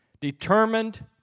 determined